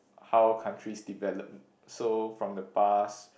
how countries develop so from the past